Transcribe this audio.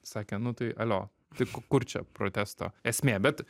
sakė nu tai alio tai kur čia protesto esmė bet